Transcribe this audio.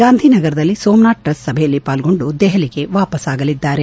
ಗಾಂಧಿನಗರದಲ್ಲಿ ಸೋಮನಾಥ್ ಟ್ರಸ್ಟ್ ಸಭೆಯಲ್ಲಿ ಪಾಲ್ಗೊಂಡು ದೆಹಲಿಗೆ ವಾಪಸಾಗಲಿದ್ದಾರೆ